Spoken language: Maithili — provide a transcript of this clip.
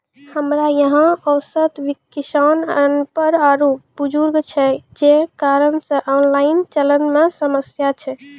हमरा यहाँ औसत किसान अनपढ़ आरु बुजुर्ग छै जे कारण से ऑनलाइन चलन मे समस्या छै?